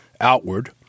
outward